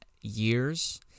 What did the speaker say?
years